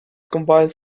combines